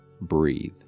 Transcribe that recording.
breathe